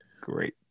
Great